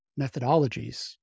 methodologies